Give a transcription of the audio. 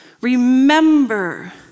Remember